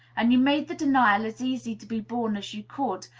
and you made the denial as easy to be borne as you could,